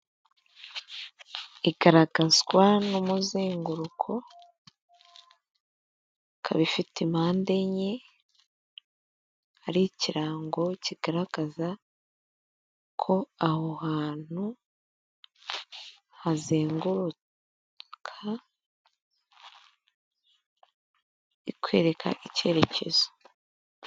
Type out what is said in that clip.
Igaragazwa n'umuzenguruko ikaba ifite impande enye hari ikirango kigaragaza ko aho hantu hazenguruka ikwereka icyerekezo.